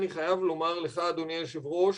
אני חייב לומר לך אדוני היו"ר,